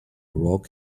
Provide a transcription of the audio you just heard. rock